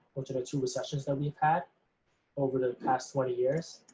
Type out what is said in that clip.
which are the two recessions that we've had over the past twenty years.